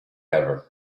ever